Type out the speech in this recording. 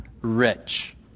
rich